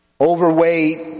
overweight